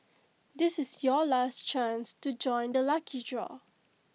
this is your last chance to join the lucky draw